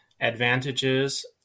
advantages